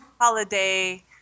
holiday